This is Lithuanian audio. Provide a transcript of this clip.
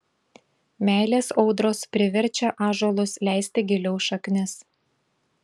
meilės audros priverčia ąžuolus leisti giliau šaknis